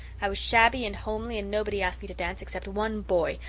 i was shabby and homely and nobody asked me to dance except one boy,